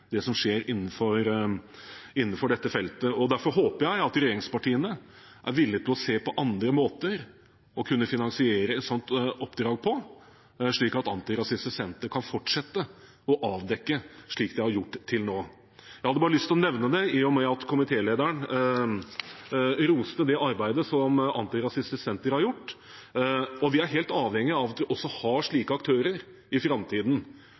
det som skjer på dette feltet. Derfor håper jeg regjeringspartiene er villige til å se på andre måter å finansiere et sånt oppdrag på, slik at Antirasistisk Senter kan fortsette å avdekke slikt de har gjort til nå. Jeg hadde bare lyst til å nevne det i og med at komitélederen roste arbeidet som Antirasistisk Senter har gjort. Vi er helt avhengig av at vi også har slike aktører i framtiden.